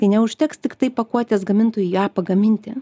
tai neužteks tiktai pakuotės gamintojui ją pagaminti